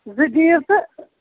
زٕ دِیِو تہٕ